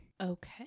Okay